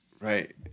Right